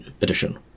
edition